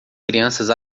crianças